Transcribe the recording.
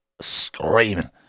screaming